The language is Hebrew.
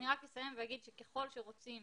אני רק אציין ואגיד שככל שרוצים